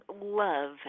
love